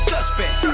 Suspect